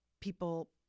people